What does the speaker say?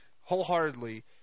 wholeheartedly